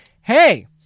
hey